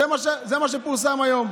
זה מה שפורסם היום.